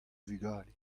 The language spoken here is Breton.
vugale